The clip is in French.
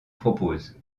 propose